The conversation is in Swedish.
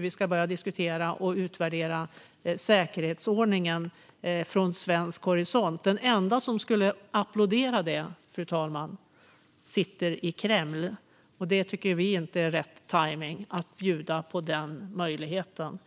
vi ska börja diskutera och utvärdera säkerhetsordningen från svensk horisont. Den enda som skulle applådera det, fru talman, sitter i Kreml, och vi tycker inte att det är rätt tajmning att bjuda på den möjligheten.